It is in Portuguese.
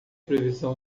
previsão